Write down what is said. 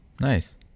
Nice